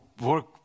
work